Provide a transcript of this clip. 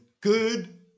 good